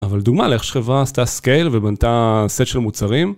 אבל דוגמה לאיך שחברה עשתה scale ובנתה סט של מוצרים